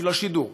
בשביל השידור,